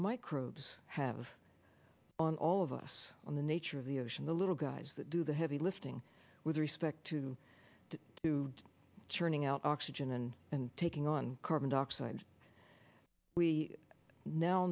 microbes have on all of us on the nature of the ocean the little guys that do the heavy lifting with respect to to churning out oxygen and and taking on carbon dioxide we now